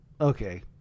Okay